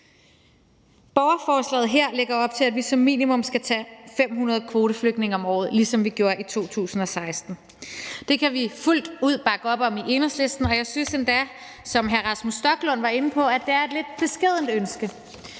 Borgerforslaget her lægger op til, at vi som minimum skal tage 500 kvoteflygtninge om året, ligesom vi gjorde i 2016. Det kan vi fuldt ud bakke om i Enhedslisten, og som hr. Rasmus Stoklund, der også var inde på det, synes jeg endda, at det er et lidt beskedent ønske.